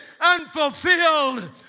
unfulfilled